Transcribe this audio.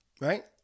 right